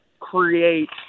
create